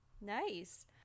Nice